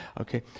okay